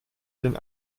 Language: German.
den